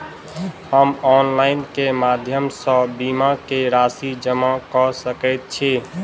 हम ऑनलाइन केँ माध्यम सँ बीमा केँ राशि जमा कऽ सकैत छी?